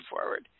forward